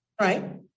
Right